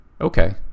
okay